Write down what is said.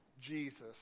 Jesus